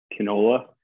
canola